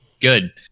good